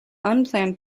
unplanned